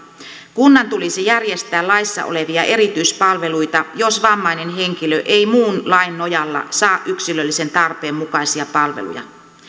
kunnan tulisi järjestää laissa olevia erityispalveluita jos vammainen henkilö ei muun lain nojalla saa yksilöllisen tarpeen mukaisia palveluja